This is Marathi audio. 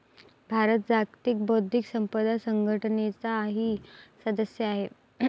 भारत जागतिक बौद्धिक संपदा संघटनेचाही सदस्य आहे